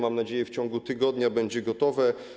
Mam nadzieję, że w ciągu tygodnia będzie gotowe.